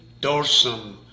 dorsum